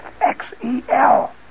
X-E-L